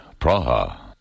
Praha